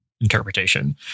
interpretation